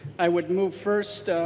i would move first